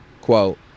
Quote